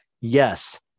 Yes